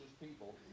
people